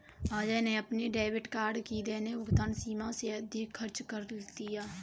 अजय ने अपने debit card की दैनिक भुगतान सीमा से अधिक खर्च कर दिया